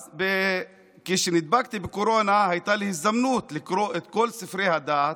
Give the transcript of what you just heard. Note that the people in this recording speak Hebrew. אז כשנדבקתי בקורונה הייתה לי הזדמנות לקרוא את כל ספרי הדת,